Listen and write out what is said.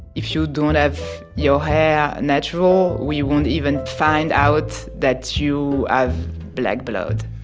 if you don't have your hair natural, we won't even find out that you have black blood.